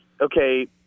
okay